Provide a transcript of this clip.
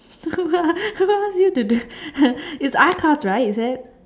new to this it's R class right as it